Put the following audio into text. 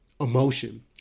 emotion